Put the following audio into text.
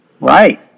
Right